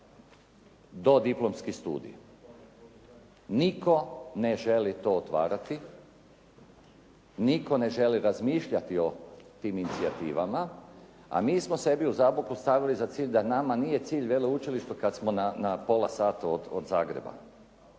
Dodiplomski studij. Nitko ne želi to otvarati, nitko ne želi razmišljati o tim inicijativama, a mi smo sebi u Zaboku stavili za cilj da nama nije cilj veleučilište kad smo na pola sata od Zagreba,